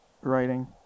writing